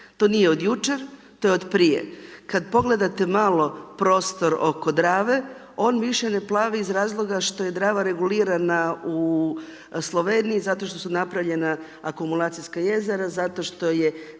To nije od jučer, to je od prije. Kada pogledate malo prostor oko Drave, on više ne plavi iz razloga što je Drava regulirana u Sloveniji zato što su napravljena akumulacijska jezera, zato što je